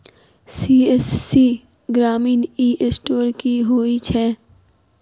CSC Grameen e store की होइ छै?